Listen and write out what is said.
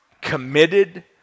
committed